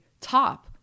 top